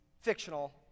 Fictional